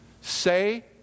say